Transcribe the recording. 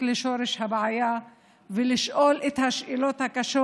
לשורש הבעיה ולשאול את השאלות הקשות,